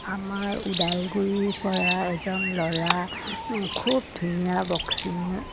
আমাৰ ওদালগুৰিৰ পৰা এজন ল'ৰা খুব ধুনীয়া বক্সিং